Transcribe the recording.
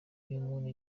umuntu